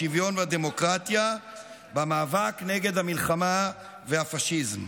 השוויון והדמוקרטיה במאבק נגד המלחמה והפשיזם.